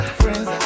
friends